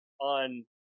on